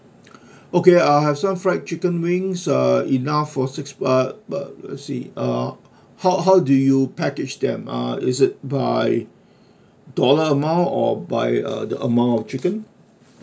okay I'll have some fried chicken wings uh enough for six but uh but uh let's see uh how how do you package them uh is it by total amount or by uh the amount chicken